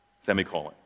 Semicolon